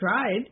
tried